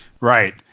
right